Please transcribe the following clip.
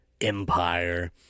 Empire